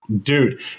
dude